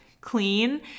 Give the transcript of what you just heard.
clean